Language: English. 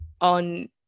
on